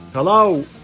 Hello